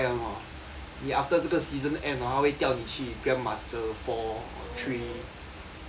你 after 这个 season end hor 它会掉你去 grand master four or three 那种